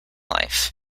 life